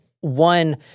one